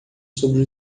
sobre